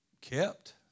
Kept